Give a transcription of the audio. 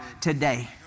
today